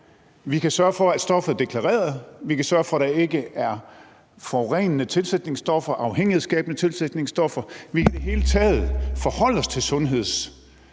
Vi kan sørge for, at stoffet er deklareret, vi kan sørge for, at der ikke er forurenende tilsætningsstoffer eller afhængighedsskabende tilsætningsstoffer; vi kan i det hele taget forholde os til